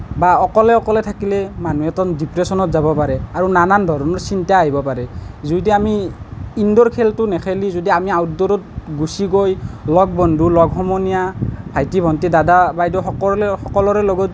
বা অকলে অকলে থাকিলে মানুহ এজন ডিপ্ৰেশ্যনত যাব পাৰে আৰু নানান ধৰণৰ চিন্তা আহিব পাৰে যদি আমি ইনডোৰ খেলটো নেখেলি যদি আমি আউটডোৰত গুছি গৈ লগ বন্ধু লগ সমনীয়া ভাইটী ভণ্টী দাদা বাইদেউ সকলোৰে লগত